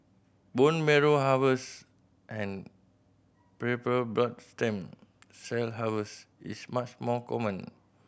bone marrow harvest and peripheral blood stem cell harvest is much more common